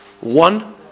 one